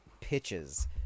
pitches